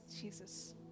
Jesus